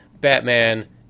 Batman